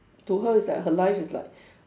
to her is like her life is like